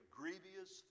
grievous